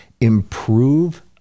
improve